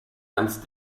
ganz